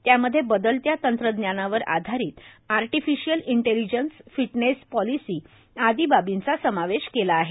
त्यामध्ये बदलत्या तंत्रज्ञानावर आधारित आर्टिफिशअल इंटेलिजिन्स फिनटेक पॉलिसी आदी बाबींचा समावेश केलेला आहे